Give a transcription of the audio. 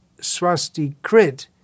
swastikrit